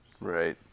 right